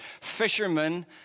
fishermen